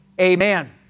Amen